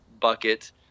bucket